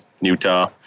Utah